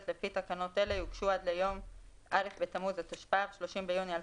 לפי תקנות אלה יוגשו עד ליום א' בתמוז התשפ"ב (30 ביוני 2022),